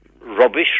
rubbish